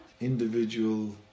individual